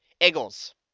Eagles